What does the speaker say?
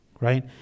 Right